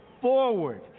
forward